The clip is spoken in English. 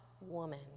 woman